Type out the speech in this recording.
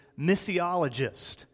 missiologist